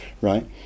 right